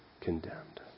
condemned